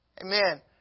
Amen